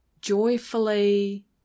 joyfully